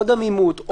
עוד עמימות,